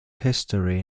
history